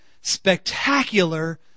spectacular